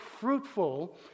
fruitful